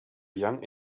young